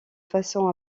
façon